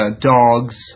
dogs